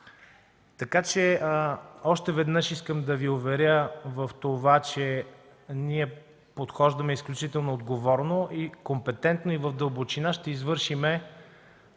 ресурс. Още веднъж искам да Ви уверя в това, че ние подхождаме изключително отговорно. Компетентно и в дълбочина ще извършим